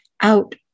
out